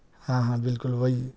ہاں ہاں بالکل وہی